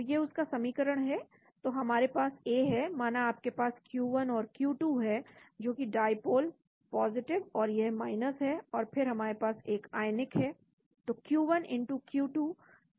तो यह उसका समीकरण है तो हमारे पास a है माना आपके पास q1 और q2 है जोकि डाईपोल और यह है और फिर हमारे पास एक आयनिक है